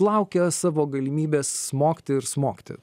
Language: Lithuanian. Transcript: laukia savo galimybės smogti ir smogti